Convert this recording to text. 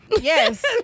Yes